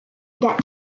get